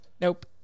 Nope